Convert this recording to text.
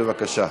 בבקשה.